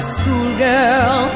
schoolgirl